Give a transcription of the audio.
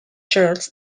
church